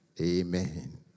Amen